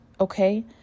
okay